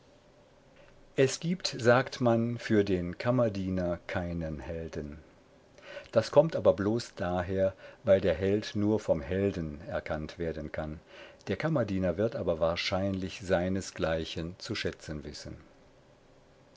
es gibt sagt man für den kammerdiener keinen helden das kommt aber bloß daher weil der held nur vom helden anerkannt werden kann der kammerdiener wird aber wahrscheinlich seinesgleichen zu schätzen wissen